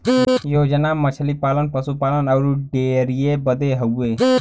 योजना मछली पालन, पसु पालन अउर डेयरीए बदे हउवे